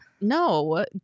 No